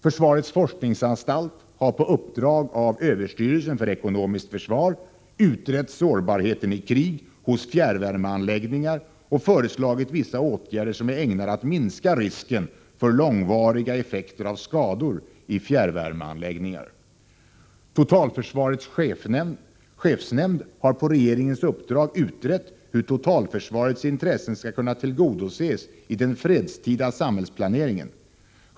Försvarets forskninsanstalt har på uppdrag av överstyrelsen för ekonomiskt försvar utrett sårbarheten i krig hos fjärrvärmeanläggningar och föreslagit vissa åtgärder som är ägnade att minska risken för långvariga effekter av skador i fjärrvärmeanläggningar. Totalförsvarets chefsnämnd har på regeringens uppdrag utrett hur totalförsvarets intressen skall kunna tillgodoses i den fredstida samhällsplaneringen.